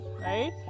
right